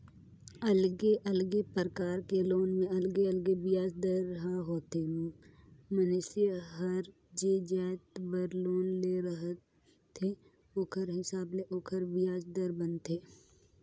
अलगे अलगे परकार के लोन में अलगे अलगे बियाज दर ह होथे, मइनसे हर जे जाएत बर लोन ले रहथे ओखर हिसाब ले ओखर बियाज दर बनथे